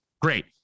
Great